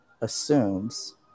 assumes